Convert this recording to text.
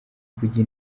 kujya